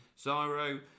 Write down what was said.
Zyro